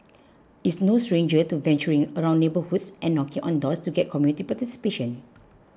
is no stranger to venturing around neighbourhoods and knocking on doors to get community participation